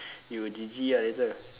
you will G G ah later